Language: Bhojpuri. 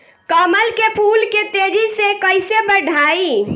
कमल के फूल के तेजी से कइसे बढ़ाई?